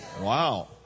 Wow